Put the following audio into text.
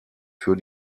für